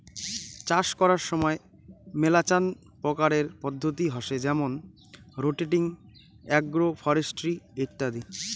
চাষ করার সময় মেলাচান প্রকারের পদ্ধতি হসে যেমন রোটেটিং, আগ্রো ফরেস্ট্রি ইত্যাদি